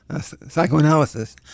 psychoanalysis